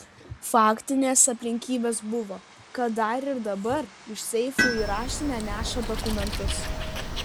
faktinės aplinkybės buvo kad dar ir dabar iš seifų į raštinę neša dokumentus